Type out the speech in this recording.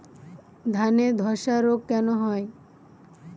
ধানে ধসা রোগ কেন হয়?